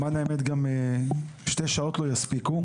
למען האמת, גם שעתיים לא יספיקו.